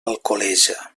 alcoleja